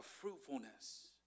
fruitfulness